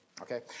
Okay